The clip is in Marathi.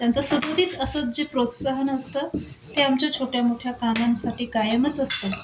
त्यांच सदोदित असं जे प्रोत्साहन असतं ते आमच्या छोट्या मोठ्या कामांसाठी कायमच असत